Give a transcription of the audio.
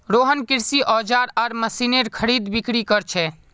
रोहन कृषि औजार आर मशीनेर खरीदबिक्री कर छे